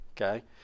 okay